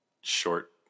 short